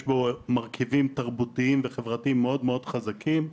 בו מרכיבים תרבותיים וחברתיים מאוד חזקים.